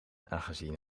aangezien